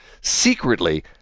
Secretly